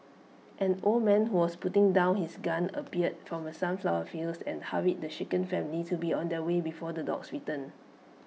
an old man who was putting down his gun appeared from the sunflower fields and hurried the shaken family to be on their way before the dogs return